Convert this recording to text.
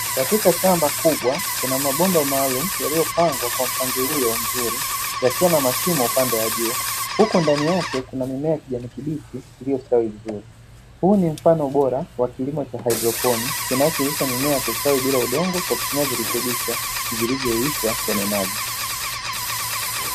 Katika shamba kubwa kuna mabomba maalumu yaliyopangwakwa mpangilio mzuri yakiwa na mashimo upande wa juu, huku ndani yake kuna mimea ya kijani kibichi iliyostawi vizuri, huu ni mfano bora wa kilimo cha haidroponi kinachowezesha mimea kustawi bila udongo kwa kutumia virutubisho vilivyo yeyushwa kwenye maji.